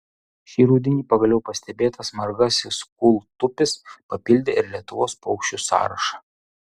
šį rudenį pagaliau pastebėtas margasis kūltupis papildė ir lietuvos paukščių sąrašą